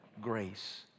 grace